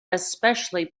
especially